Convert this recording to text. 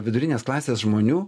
vidurinės klasės žmonių